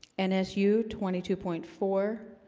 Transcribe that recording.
nsu twenty two point four